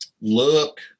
look